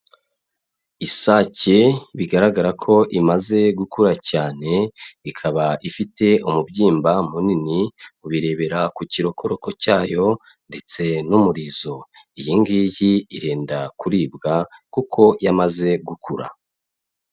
Isake bigaragara ko imaze gukura cyane, ikaba ifite umubyimba munini, ubirebera ku kirokoroko cyayo ndetse n'umurizo, iyi ngiyi irenda kuribwa kuko yamaze gukura.